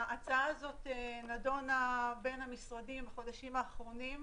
ההצעה הזאת נדונה בין המשרדים בחודשים האחרונים,